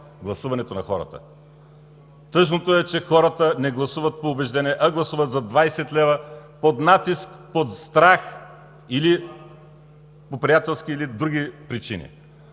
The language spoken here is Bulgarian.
гласуването на хората. Тъжното е, че хората не гласуват по убеждение, а гласуват за 20 лв., под натиск, под страх или по приятелски или по други причини.